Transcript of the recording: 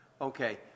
okay